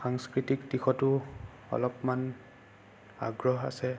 সাংস্কৃতিক দিশতো অলপমান আগ্ৰহ আছে